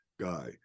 guy